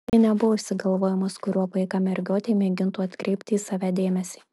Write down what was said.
tai nebuvo išsigalvojimas kuriuo paika mergiotė mėgintų atkreipti į save dėmesį